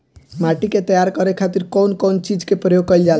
माटी के तैयार करे खातिर कउन कउन चीज के प्रयोग कइल जाला?